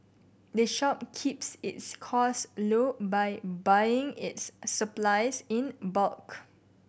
the shop keeps its costs low by buying its supplies in bulk